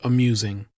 Amusing